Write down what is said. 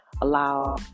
allow